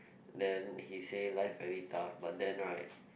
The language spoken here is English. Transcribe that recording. then he say life very tough but then right